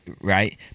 right